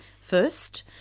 first